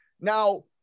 Now